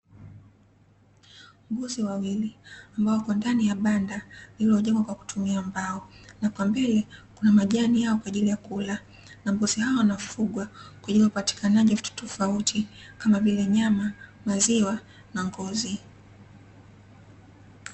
Mbuzi wawili ambao wapo ndani ya banda lililojengwa kwa kutumia mbao na kwa mbele kuna majani yao kwaajili ya kula na mbuzi hao wanafugwa kwaajili ya upatikanaji wa vitu tofauti kamavile; nyama, maziwa na ngozi.